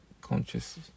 conscious